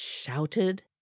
shouted